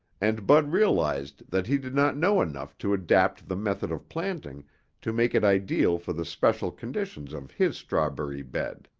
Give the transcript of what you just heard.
and bud realized that he did not know enough to adapt the method of planting to make it ideal for the special conditions of his strawberry bed.